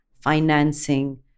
financing